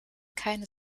keine